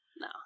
No